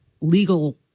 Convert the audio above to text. legal